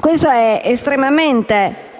Questo è estremamente